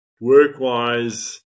work-wise